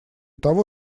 того